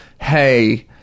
Hey